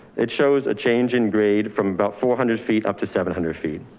it shows a change in grade from about four hundred feet up to seven hundred feet.